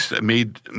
made